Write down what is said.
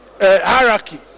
hierarchy